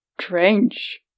Strange